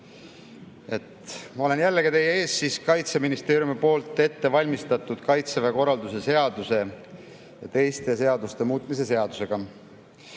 Ma olen jällegi teie ees, seekord Kaitseministeeriumis ette valmistatud Kaitseväe korralduse seaduse ja teiste seaduste muutmise seadusega. Eelnõuga